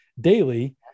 daily